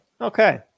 Okay